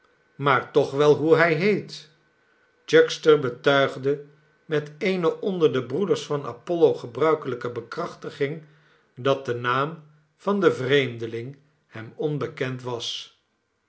maar toch wel hoe hij heet chuckster betuigde met eene onder de breeders van apollo gebruikelijke bekrachtiging dat de naam van den vreemdeling hem onbekend was